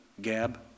gab